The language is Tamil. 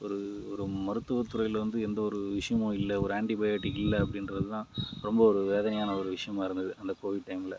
ஒரு ஒரு மருத்துவத்துறையில் வந்து எந்தவொரு விஷயமும் இல்லை ஒரு ஆன்டிபயாடிக் இல்லை அப்படின்றது தான் ரொம்ப ஒரு வேதனையான ஒரு விஷயமா இருந்தது அந்த கோவிட் டைமில்